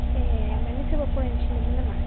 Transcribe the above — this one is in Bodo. ए माने सोरबा फरायनो थिनदोंमोन नामा